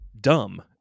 dumb